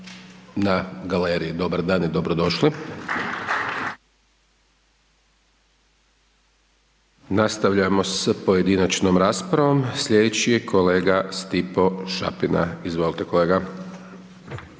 na galeriji, dobar dan i dobrodošli. …/Pljesak./… Nastavljamo sa pojedinačnom raspravom, sljedeći je kolega Stipo Šapina, izvolite kolega.